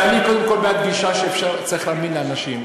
אני קודם כול בעד גישה שצריך להאמין לאנשים,